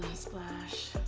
splash.